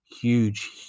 Huge